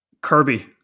Kirby